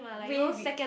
way we